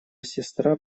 сестра